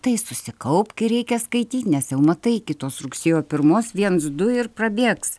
tai susikaupk ir reikia skaityt nes jau matai iki tos rugsėjo pirmos viens du ir prabėgs